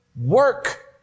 work